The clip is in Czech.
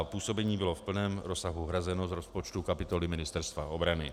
Působení bylo v plném rozsahu hrazeno z rozpočtu kapitoly Ministerstva obrany.